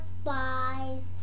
spies